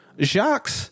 Jacques